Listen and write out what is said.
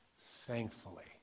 Thankfully